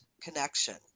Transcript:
connection